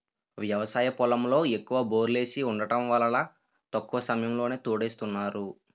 వ్యవసాయ పొలంలో ఎక్కువ బోర్లేసి వుండటం వల్ల తక్కువ సమయంలోనే తోడేస్తున్నారు